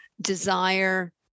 desire